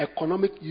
Economic